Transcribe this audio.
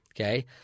Okay